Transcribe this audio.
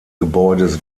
gebäudes